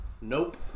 Nope